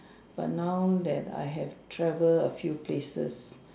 but now that I have travel a few places